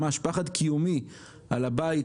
ממש פחד קיומי על הבית,